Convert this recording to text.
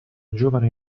giovane